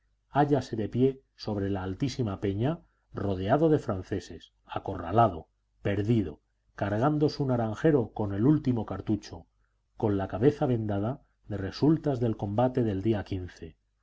hállase de pie sobre la altísima peña rodeado de franceses acorralado perdido cargando su naranjero con el último cartucho con la cabeza vendada de resultas del combate del día